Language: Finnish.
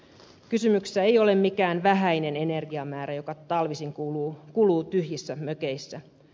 kysymyksessä ei ole mikään vähäinen energiamäärä joka talvisin kuluu tyhjissä mökeissä